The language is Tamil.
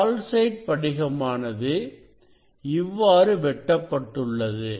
கால்சைட் படிகமானது இவ்வாறு வெட்டப்பட்டுள்ளது